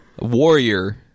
Warrior